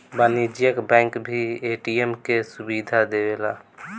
वाणिज्यिक बैंक भी ए.टी.एम के सुविधा देवेला